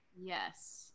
Yes